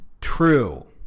true